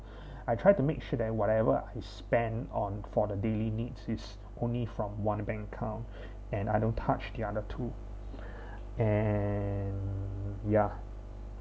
I tried to make sure that whatever I spent on for the daily needs is only from one bank account and I don't touch the other two and ya